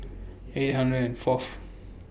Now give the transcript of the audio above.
eight hundred and Fourth